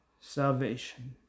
salvation